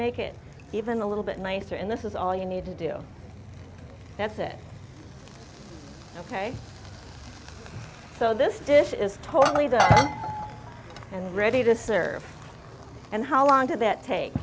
make it even a little bit nicer and this is all you need to do that's it ok so this dish is totally there and ready to serve and how long did that take